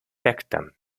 septum